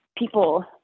people